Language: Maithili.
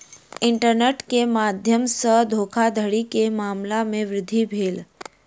इंटरनेट के माध्यम सॅ धोखाधड़ी के मामला में वृद्धि भेल